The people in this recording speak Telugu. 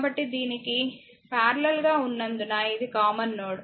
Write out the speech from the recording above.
కాబట్టి దీనికి పారలెల్ గా ఉన్నందున ఇది కామన్ నోడ్